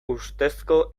ustezko